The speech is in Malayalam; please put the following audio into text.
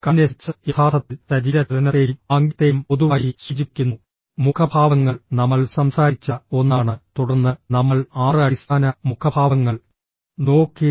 കൈനെസിക്സ് യഥാർത്ഥത്തിൽ ശരീര ചലനത്തെയും ആംഗ്യത്തെയും പൊതുവായി സൂചിപ്പിക്കുന്നു മുഖഭാവങ്ങൾ നമ്മൾ സംസാരിച്ച ഒന്നാണ് തുടർന്ന് നമ്മൾ ആറ് അടിസ്ഥാന മുഖഭാവങ്ങൾ നോക്കി